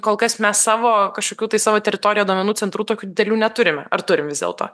kol kas mes savo kažkokių tai savo teritorijo duomenų centrų tokių delių neturime ar turim vis dėlto